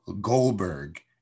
Goldberg